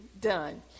done